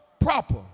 Proper